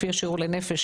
לפי השיעור לנפש,